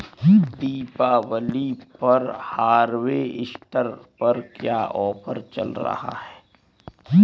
दीपावली पर हार्वेस्टर पर क्या ऑफर चल रहा है?